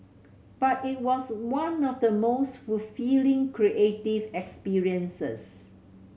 but it was one of the most fulfilling creative experiences